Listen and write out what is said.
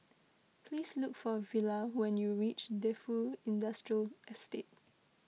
please look for Villa when you reach Defu Industrial Estate